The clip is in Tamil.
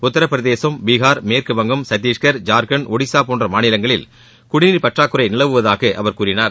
உத்தரப் பிரதேசம் பீகார் மேற்குவங்கம் சத்தீஷ்கர் ஜார்க்கண்ட் ஒடிசா போன்ற மாநிலங்களில் குடிநீர் பற்றாக்குறை நிலவுவதாக அவர் கூறினார்